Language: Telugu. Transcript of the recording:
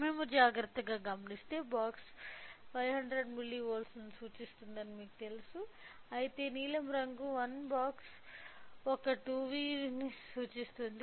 మేము జాగ్రత్తగా గమనిస్తే వర్టికల్ బాక్స్ 500 మిల్లీవోల్ట్లను సూచిస్తుందని మీకు తెలుసు అయితే నీలం రంగు వన్ బాక్స్ ఒక 2v ను సూచిస్తుంది